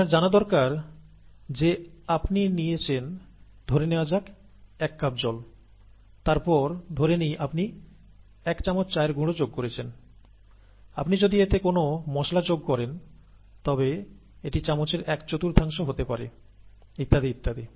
আপনার জানা দরকার যে আপনি নিয়েছেন ধরে নেওয়া যাক এক কাপ জল তারপর ধরে নেই আপনি এক চামচ চায়ের গুঁড়ো যোগ করেছেন যদি আপনি এতে কোন মসলা যোগ করেন তবে এটি চামচের এক চতুর্থাংশ হতে পারে ইত্যাদি ইত্যাদি